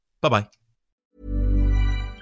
Bye-bye